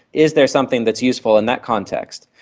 is there something that's useful in that context?